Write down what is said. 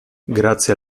grazie